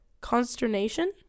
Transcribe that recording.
consternation